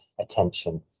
attention